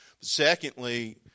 Secondly